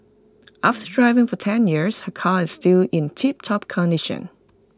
after driving for ten years her car is still in tiptop condition